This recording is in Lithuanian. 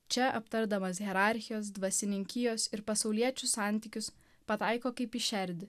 čia aptardamas hierarchijos dvasininkijos ir pasauliečių santykius pataiko kaip į šerdį